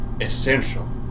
Essential